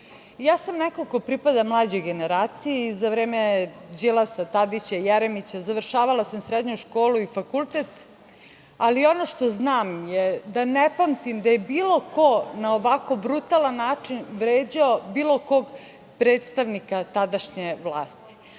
sam neko ko pripada mlađoj generaciji i za vreme Đilasa, Tadića, Jeremića završavala sam srednju školu i fakultet, ali ono što znam je da ne pamtim da je bilo ko na ovako brutalan način vređao bilo kog predstavnika tadašnje vlasti,